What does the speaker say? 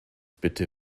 bitte